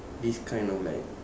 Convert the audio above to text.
this kind of like